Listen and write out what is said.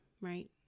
right